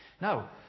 Now